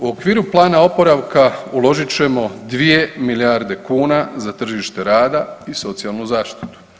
U okviru plana oporavka uložit ćemo 2 milijarde kuna za tržište rada i socijalnu zaštitu.